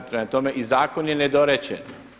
Prema tome i zakon je nedorečen.